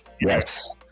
yes